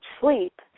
sleep